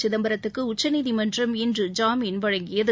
சிதம்பரத்துக்கு உச்சநீதிமன்றம் இன்று ஜாமீன் வழங்கியது